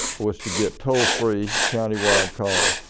was to get toll-free county wide calling.